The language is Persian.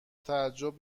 تعجب